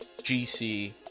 GC